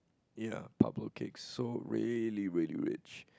ya Pablo cakes so really really rich